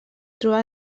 trobar